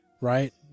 right